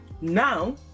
now